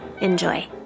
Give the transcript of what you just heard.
Enjoy